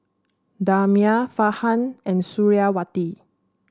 Damia Farhan and Suriawati